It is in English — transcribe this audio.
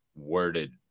Worded